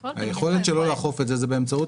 היכולת שלו לאכוף את זה היא באמצעות